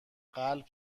قلب